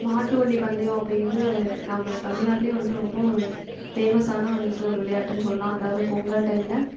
மாட்டு வண்டி பந்தயம் அப்படிங்கிறது நம்ம தமிழ்நாட்டுலேயே வந்து ரொம்ப ஒரு ஃபேமஸான வந்துட்டு ஒரு விளையாட்டுன்னு சொல்லலாம் அதாவது பொங்கல் டைமில்